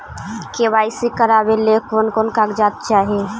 KYC करावे ले कोन कोन कागजात चाही?